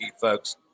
folks